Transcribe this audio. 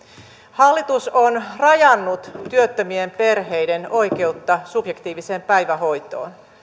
hallitus on rajannut työttömien perheiden oikeutta subjektiiviseen päivähoitoon